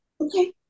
okay